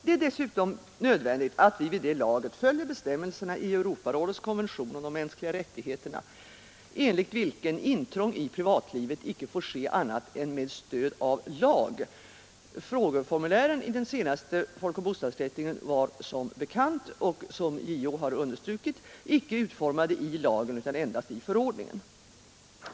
Det är dessutom nödvändigt att vi vid det laget följer bestämmelserna i Europarådets konvention om de mänskliga rättigheterna, enligt vilka intrång i privatlivet inte får ske annat än med stöd av lag. Frågeformulären i den senaste folkoch bostadsräkningen var som bekant och som JO understrukit inte utformade i lagen utan endast i förordningen.